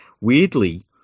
Weirdly